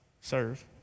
serve